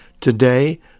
today